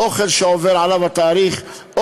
אוכל שעובר התאריך שלו?